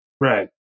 Right